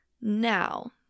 Now